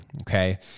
Okay